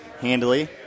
handily